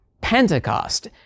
pentecost